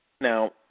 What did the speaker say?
Now